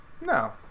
No